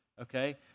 Okay